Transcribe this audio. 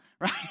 right